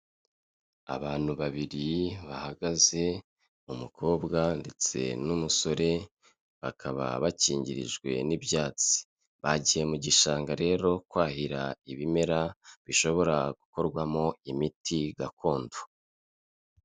Abantu babiri bahagaze umukobwa ndetse n'umusore, bakaba bakingirijwe n'ibyatsi, bagiye mu gishanga rero kwahira ibimera bishobora gukorwamo imiti gakondo.